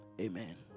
amen